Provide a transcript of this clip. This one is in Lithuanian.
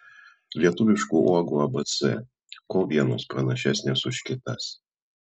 lietuviškų uogų abc kuo vienos pranašesnės už kitas